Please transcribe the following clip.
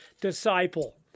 disciple